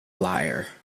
liar